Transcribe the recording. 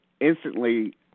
instantly